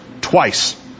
twice